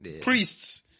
priests